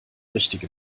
richtige